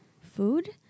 food